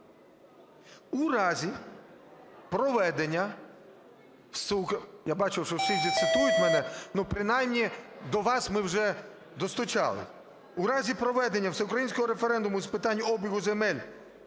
"У разі проведення всеукраїнського референдуму з питань обігу земель